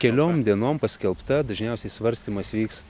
keliom dienom paskelbta dažniausiai svarstymas vyksta